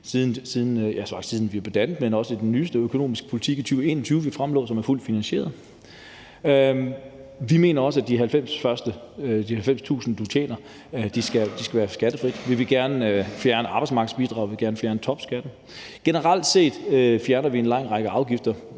det er også en del af vores nyeste økonomiske politik i 2021, som vi fremlagde, og som er fuldt finansieret. Vi mener også, at de første 90.000 kr., du tjener, skal være skattefri. Vi vil gerne fjerne arbejdsmarkedsbidraget, og vi vil gerne fjerne topskatten. Generelt set vil vi fjerne en lang række afgifter,